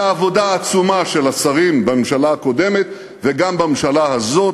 בעבודה עצומה של השרים בממשלה הקודמת וגם בממשלה הזאת.